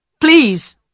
Please